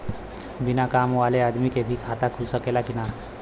बिना काम वाले आदमी के भी खाता खुल सकेला की ना?